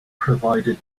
provided